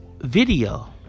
video